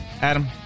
Adam